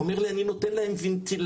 אומר לי 'אני נותן להם ונטילציה'.